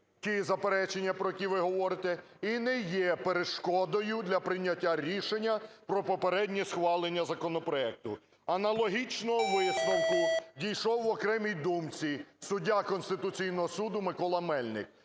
ті заперечення, про які ви говорите, - і не є перешкодою для прийняття рішення про попереднє схвалення законопроекту. Аналогічного висновку дійшов в окремій думці суддя Конституційного Суду Микола Мельник.